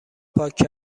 پاک